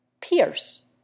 Pierce